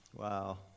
Wow